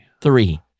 Three